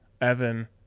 Evan